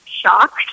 shocked